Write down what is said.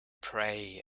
pray